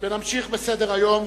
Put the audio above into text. נמשיך בסדר-היום.